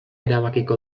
erabakiko